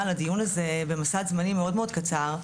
על הדיון הזה במסד זמנים מאוד מאוד קצר.